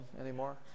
anymore